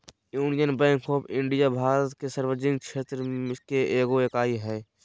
union Bank of India Bharat के सार्वजनिक क्षेत्र के एगो इकाई हइ